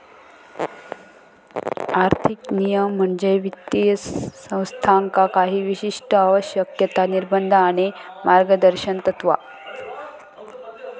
आर्थिक नियमन म्हणजे वित्तीय संस्थांका काही विशिष्ट आवश्यकता, निर्बंध आणि मार्गदर्शक तत्त्वा